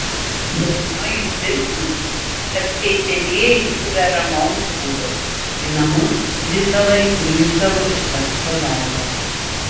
dauguma jų tvirtino kad teisiamieji buvę ramaus būdo į namus visąlaik grįždavo iškart po darbo